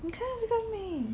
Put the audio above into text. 你看这个很美